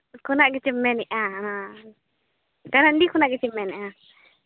ᱠᱷᱚᱱᱟᱜ ᱜᱮᱥᱮᱢ ᱢᱮᱱ ᱮᱫᱼᱟ ᱠᱚᱨᱚᱱᱰᱤ ᱠᱷᱚᱱᱟᱜ ᱜᱮᱥᱮᱢ ᱢᱮᱱᱮᱫᱼᱟ